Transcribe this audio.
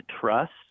trust